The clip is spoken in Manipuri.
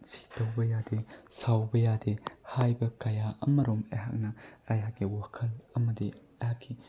ꯁꯤ ꯇꯧꯕ ꯌꯥꯗꯦ ꯁꯥꯎꯕ ꯌꯥꯗꯦ ꯍꯥꯏꯕ ꯀꯌꯥ ꯑꯃꯔꯣꯝ ꯑꯩꯍꯥꯛꯅ ꯑꯩꯍꯥꯛꯀꯤ ꯋꯥꯈꯜ ꯑꯃꯗꯤ ꯑꯩꯍꯥꯛꯀꯤ